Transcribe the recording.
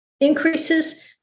increases